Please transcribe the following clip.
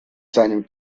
seinem